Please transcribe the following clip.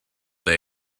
they